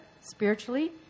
Spiritually